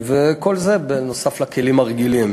וכל זה, נוסף על הכלים הרגילים.